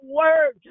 word